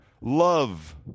love